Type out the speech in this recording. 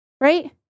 Right